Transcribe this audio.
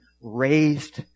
raised